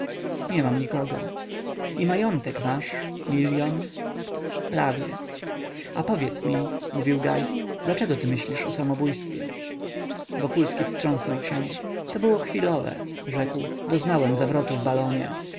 nie mam nikogo i majątek masz milion prawie a powiedz mi mówił geist dlaczego ty myślisz o samobójstwie wokulski wstrząsnął się to było chwilowe rzekł doznałem zawrotu w balonie